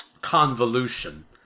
convolution